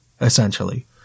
Essentially